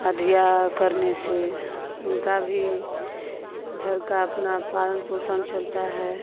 अधिया करने से उनका भी घर का अपना पालन पोषण चलता है